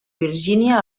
virgínia